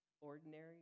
ordinary